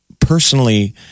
personally